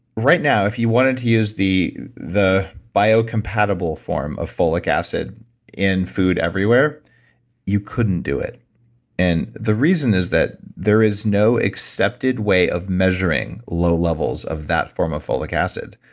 right now if you wanted to use the the biocompatible form of folic acid in food everywhere you couldn't do it and the reason is that there is no accepted way of measuring low levels of that form of folic acid.